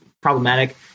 problematic